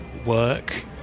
Work